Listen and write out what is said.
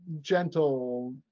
gentle